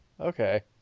okay